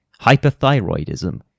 Hyperthyroidism